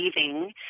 leaving